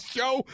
Show